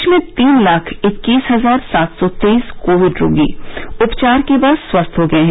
देश में तीन लाख इक्कीस हजार सात सौ तेईस कोविड रोगी उपचार के बाद स्वस्थ हो गए हैं